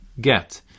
get